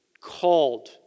called